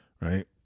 right